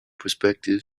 prospective